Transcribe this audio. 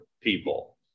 people